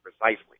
precisely